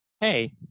Hey